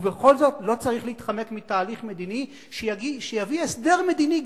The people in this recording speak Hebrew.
ובכל זאת לא צריך להתחמק מתהליך מדיני שיביא הסדר מדיני,